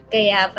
Kaya